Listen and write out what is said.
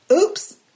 oops